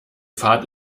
fahrt